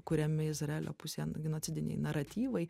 kuriame izraelio pusėje genocidiniai naratyvai